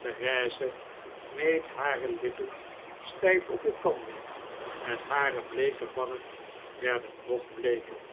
therese kneep hare lippen styf op elkander en hare bleeke wangen werden nog bleeker